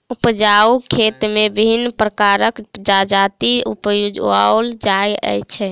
उपजाउ खेत मे विभिन्न प्रकारक जजाति उपजाओल जाइत छै